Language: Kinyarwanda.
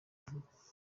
vuba